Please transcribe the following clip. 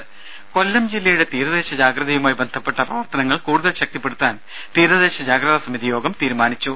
രുര കൊല്ലം ജില്ലയുടെ തീരദേശ ജാഗ്രതയുമായി ബന്ധപ്പെട്ട പ്രവർത്തനങ്ങൾ കൂടുതൽ ശക്തിപ്പെടുത്താൻ തീരദേശ ജാഗ്രതാ സമിതി യോഗം തീരുമാനിച്ചു